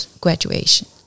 graduation